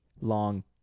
long